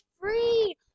free